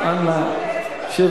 לא אנחנו.